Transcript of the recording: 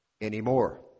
anymore